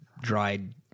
dried